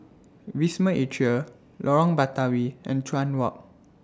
Wisma Atria Lorong Batawi and Chuan Walk